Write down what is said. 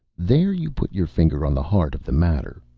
there you put your finger on the heart of the matter,